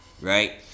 right